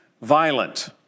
violent